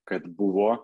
kad buvo